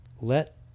let